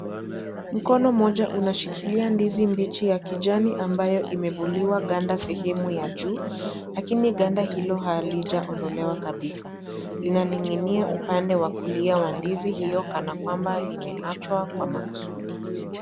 Mkono mmoja unashikilia ndizi ya kijani ambayo imefuliwa ganda sehemu ya juu, lakini ganda hilo halijaondolewa kabisa. Linaning’inia upande wa kulia wa ndizi hiyo, kana kwamba limeachwa kimakusudi.